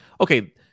okay